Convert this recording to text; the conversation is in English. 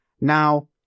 Now